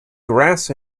grass